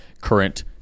current